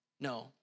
No